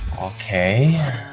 Okay